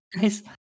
guys